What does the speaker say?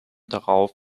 darauf